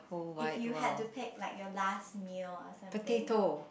if you had to pick like your last meal or something